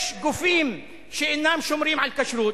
יש גופים שאינם שומרים על כשרות,